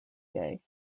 day